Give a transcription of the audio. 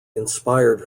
inspired